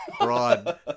Broad